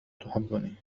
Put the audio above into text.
تحبني